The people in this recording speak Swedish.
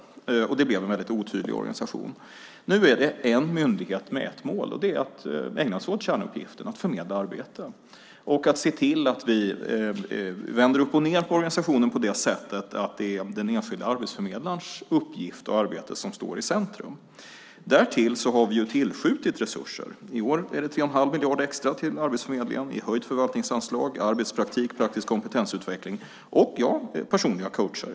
Det blev en väldigt otydlig organisation. Nu är det en myndighet med ett mål, och det är att ägna sig åt kärnuppgiften: att förmedla arbeten och att se till att vi vänder upp och ned på organisationen på så sätt att det är den enskilde arbetsförmedlarens uppgift och arbete som står i centrum. Därtill har vi tillskjutit resurser. I år är det 3 1⁄2 miljard extra till Arbetsförmedlingen i höjt förvaltningsanslag till arbetspraktik, praktisk kompetensutveckling och - ja - personliga coacher.